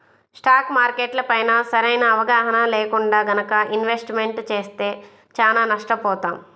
stock మార్కెట్లపైన సరైన అవగాహన లేకుండా గనక ఇన్వెస్ట్మెంట్ చేస్తే చానా నష్టపోతాం